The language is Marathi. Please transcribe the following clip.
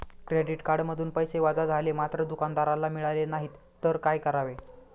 क्रेडिट कार्डमधून पैसे वजा झाले मात्र दुकानदाराला मिळाले नाहीत तर काय करावे?